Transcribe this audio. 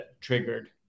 triggered